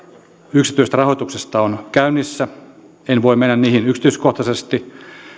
yksityisestä rahoituksesta on käynnissä en voi mennä niihin yksityiskohtaisesti